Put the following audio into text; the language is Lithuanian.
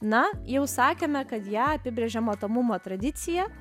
na jau sakėme kad ją apibrėžia matomumo tradicija